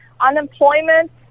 unemployment